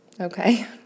Okay